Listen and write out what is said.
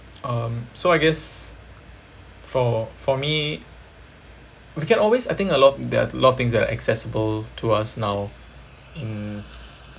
um so I guess for for me we can always I think a lot there're a lot of things that are accessible to us now in